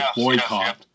boycott